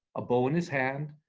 a bow in his hand,